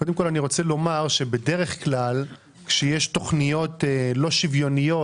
קודם כול אני רוצה לומר שבדרך כלל כשיש תוכניות לא שוויוניות